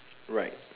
right